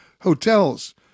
Hotels